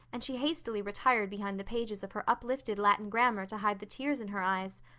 and she hastily retired behind the pages of her uplifted latin grammar to hide the tears in her eyes.